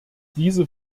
diese